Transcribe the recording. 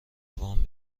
وام